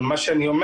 זה מה שאני מבינה.